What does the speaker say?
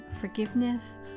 Forgiveness